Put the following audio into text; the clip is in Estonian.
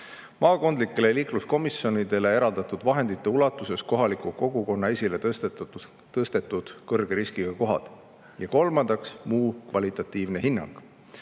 maakondlikele liikluskomisjonidele eraldatud vahendite ulatuses kohaliku kogukonna esile tõstetud kõrge riskiga kohad. Kolmandaks, muu kvalitatiivne hinnang: